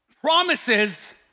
promises